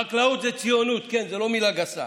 חקלאות זו ציונות, כן, זו לא מילה גסה,